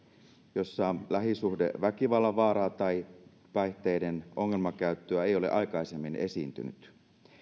joissa lähisuhdeväkivallan vaaraa tai päihteiden ongelmakäyttöä ei ole aikaisemmin esiintynyt